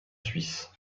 suisse